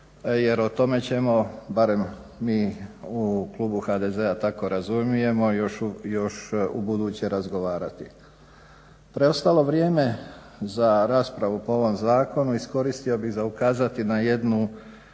jer o tome ćemo, barem mi u klubu HDZ-a tako razumijemo, još ubuduće razgovarati. Preostalo vrijeme za raspravu po ovom zakonu iskoristio bih za ukazati na jednu